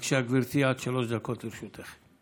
בבקשה, גברתי, עד שלוש דקות לרשותך.